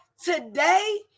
Today